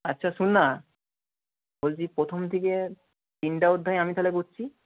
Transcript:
আচ্ছা শোন না বলছি প্রথম থেকে তিনটে অধ্যায় আমি তাহলে পড়ছি